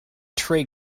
trey